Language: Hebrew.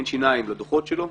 אין שיניים לדוחות שלו,